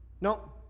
No